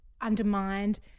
undermined